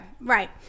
right